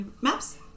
maps